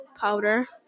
powder